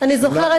אני זוכרת.